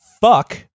fuck